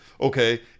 okay